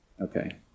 Okay